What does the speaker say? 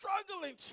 struggling